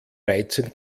reizen